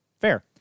fair